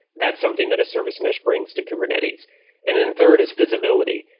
that's something that a service mesh brings to kubernetes and then third is visibility.